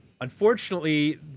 Unfortunately